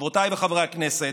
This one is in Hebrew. חברותיי וחבריי חברי הכנסת,